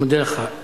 אני מודה לך.